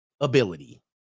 ability